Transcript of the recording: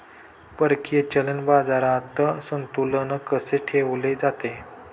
परकीय चलन बाजारात संतुलन कसे ठेवले जाते?